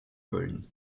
köln